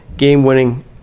Game-winning